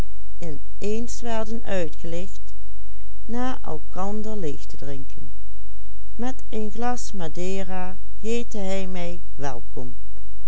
een glas madera heette hij mij welkom